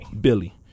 Billy